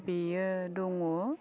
बेयो दङ